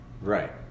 Right